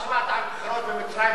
אתה משווה למצרים ותוניס?